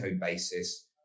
basis